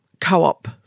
co-op